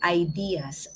ideas